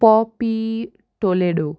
Poppy Toledo